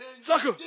Sucker